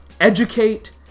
educate